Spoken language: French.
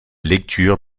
lecture